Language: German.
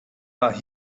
war